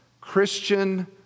Christian